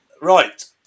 right